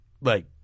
Like-